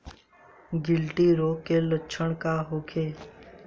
गिल्टी रोग के लक्षण का होखे?